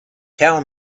tell